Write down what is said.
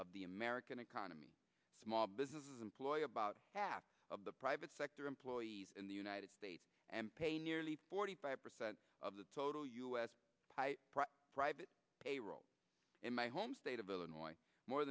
of the american economy small businesses employ about half of the private sector employees in the united states and pay nearly forty five percent of the total u s private payroll in my home state of illinois more